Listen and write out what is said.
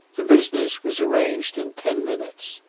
the business was arranged in ten minutes.